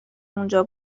اونجا